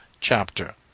chapter